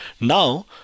Now